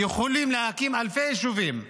יכולים להקים אלפי יישובים.